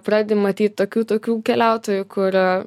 pradedi matyt tokių tokių keliautojų kur